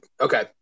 Okay